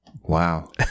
Wow